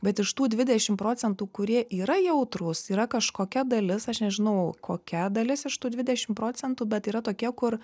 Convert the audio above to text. bet iš tų dvidešimt procentų kurie yra jautrūs yra kažkokia dalis aš nežinau kokia dalis iš tų dvidešimt procentų bet yra tokie kur